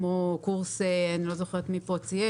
לא שכל אחד יריב.